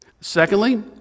Secondly